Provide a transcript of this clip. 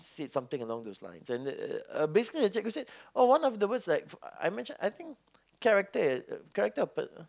said something along those lines and then uh uh basically the cikgu said oh one of the words like I mention I think character character or pe~